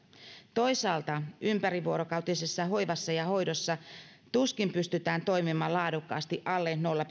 toisaalta ympärivuorokautisessa hoivassa ja hoidossa tuskin pystytään toimimaan laadukkaasti alle nolla